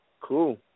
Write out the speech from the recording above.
Cool